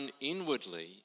inwardly